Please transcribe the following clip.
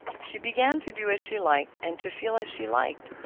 she began to do as she liked and to feel as she liked.